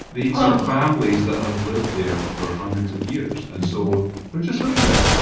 these are families that have lived there for hundreds of years, and so they're just living there!